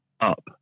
up